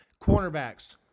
Cornerbacks